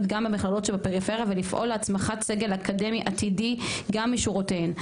גם במכללות שבפרפריה ולפעול להצמחת סגל אקדמי עתיד גם משורותיהן.